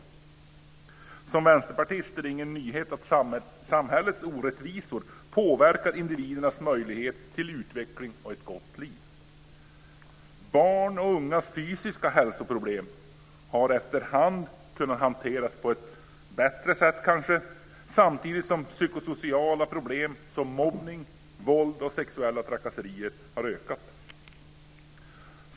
För en vänsterpartist är det ingen nyhet att samhällets orättvisor påverkar individernas möjlighet till utveckling och ett gott liv. Barns och ungas fysiska hälsoproblem har efterhand kanske kunnat hanteras på ett bättre sätt samtidigt som psykosociala problem som mobbning, våld och sexuella trakasserier har ökat.